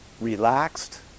relaxed